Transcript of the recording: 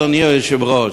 אדוני היושב-ראש,